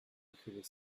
écrivez